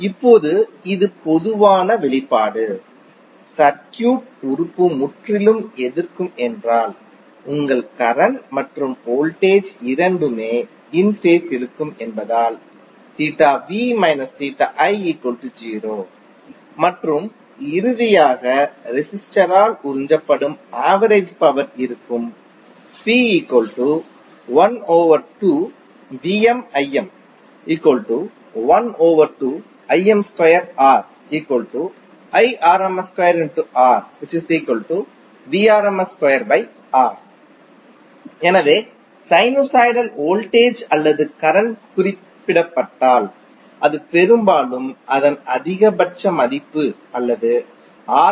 இப்போது இது பொதுவான வெளிப்பாடு சர்க்யூட் உறுப்பு முற்றிலும் எதிர்க்கும் என்றால் உங்கள் கரண்ட் மற்றும் வோல்டேஜ் இரண்டுமே இன் ஃபேஸ் இருக்கும் என்பதால் மற்றும் இறுதியாக ரெசிஸ்டரால் உறிஞ்சப்படும் ஆவரேஜ் பவர் இருக்கும் எனவே சைனுசாய்டல் வோல்டேஜ் அல்லது கரண்ட் குறிப்பிடப்பட்டால் அது பெரும்பாலும் அதன் அதிகபட்ச மதிப்பு அல்லது ஆர்